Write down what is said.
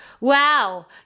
wow